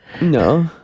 No